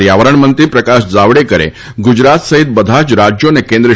પર્યાવરણ મંત્રી પ્રકાશ જાવડેકરે ગુજરાત સહિત બધા જ રાજ્યો અને કેન્ર્